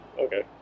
Okay